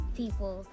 people